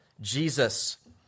Jesus